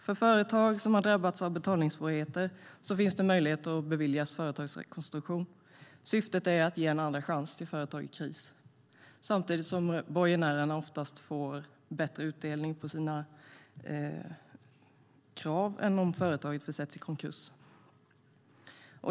För företag som har drabbats av betalningssvårigheter finns det möjlighet att beviljas företagsrekonstruktion. Syftet är att ge en andra chans till företag i kris, samtidigt som borgenärerna oftast får bättre utdelning på sina krav än om företaget försätts i konkurs.